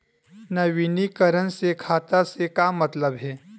नवीनीकरण से खाता से का मतलब हे?